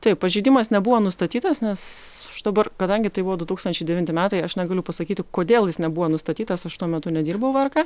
taip pažeidimas nebuvo nustatytas nes dabar kadangi tai buvo du tūkstančiai devinti metai aš negaliu pasakyti kodėl jis nebuvo nustatytas aš tuo metu nedirbau vrk